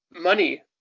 money